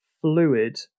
fluid